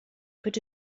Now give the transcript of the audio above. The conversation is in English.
could